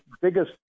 biggest